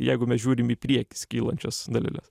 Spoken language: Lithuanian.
jeigu mes žiūrim į priekį skylančias daleles